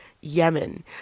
Yemen